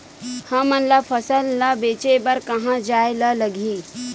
हमन ला फसल ला बेचे बर कहां जाये ला लगही?